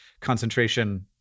concentration